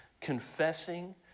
confessing